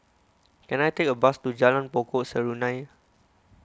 can I take a bus to Jalan Pokok Serunai